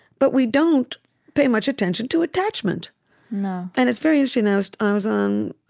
but we don't pay much attention to attachment no and it's very interesting i was i was on